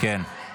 כן.